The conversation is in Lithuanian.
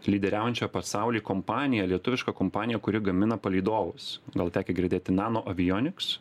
lyderiaujančia pasauly kompanija lietuviška kompanija kuri gamina palydovus gal tekę girdėti nano avioniks